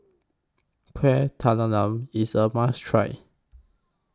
Kueh IS A must Try